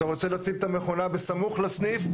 אתה רוצה להציב את המכונה בסמוך לסניף,